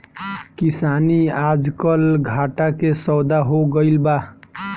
किसानी आजकल घाटा के सौदा हो गइल बा